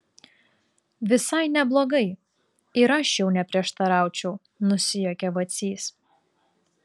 visai neblogai ir aš jau neprieštaraučiau nusijuokė vacys